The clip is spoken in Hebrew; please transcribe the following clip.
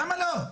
למה לא?